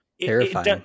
Terrifying